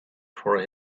for